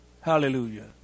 Hallelujah